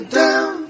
down